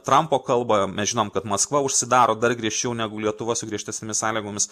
trampo kalbą mes žinom kad maskva užsidaro dar griežčiau negu lietuva su griežtesnėmis sąlygomis